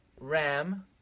ram